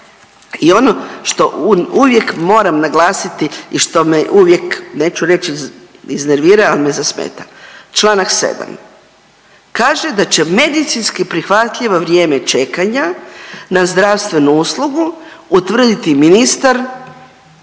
i ono što uvijek moram naglasiti i što me uvijek neću reći iznervira, al me zasmeta, čl. 7. kaže da će medicinski prihvatljivo vrijeme čekanja na zdravstvenu uslugu utvrditi ministar